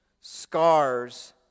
Scars